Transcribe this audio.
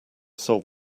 sold